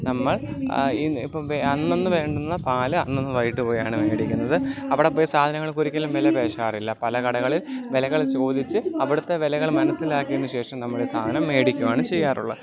നമ്മൾ ഇപ്പം അന്നന്ന് വേണ്ടുന്ന പാൽ അന്നന്ന് വൈകിട്ട് പോയാണ് മേടിക്കുന്നത് അവിടെ പോയി സാധനങ്ങൾക്ക് ഒരിക്കലും വില പേശാറില്ല പല കടകളിൽ വിലകൾ ചോദിച്ച് അവിടുത്തെ വിലകൾ മനസ്സിലാക്കിയതിന് ശേഷം നമ്മൾ സാധനം മേടിക്കുവാണ് ചെയ്യാറുള്ളത്